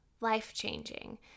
life-changing